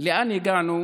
לאן הגענו